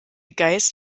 geist